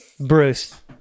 Bruce